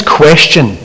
question